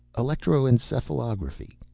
electroencephalography?